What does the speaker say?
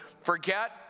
forget